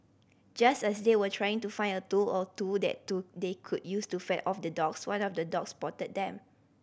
just as they were trying to find a tool or two that do they could use to fend off the dogs one of the dogs spotted them